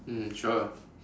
mm sure